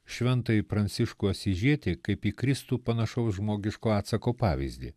šventąjį pranciškų asyžietį kaip į kristų panašaus žmogiško atsako pavyzdį